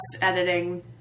editing